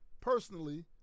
Personally